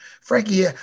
Frankie